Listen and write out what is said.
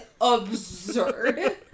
absurd